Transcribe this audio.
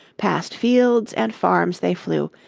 past fields and farms they flew,